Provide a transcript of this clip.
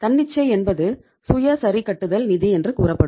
தன்னிச்சை என்பது சுய சரிகட்டுதல் நிதி என்று கூறப்படும்